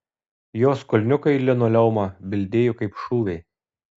jos kulniukai į linoleumą bildėjo kaip šūviai